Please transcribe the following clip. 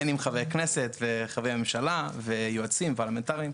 בין עם חברי כנסת וחברי ממשלה ויועצים פרלמנטריים.